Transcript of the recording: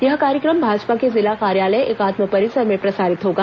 यह कार्यक्रम भाजपा के जिला कार्यालय एकात्म परिसर में प्रसारित होगा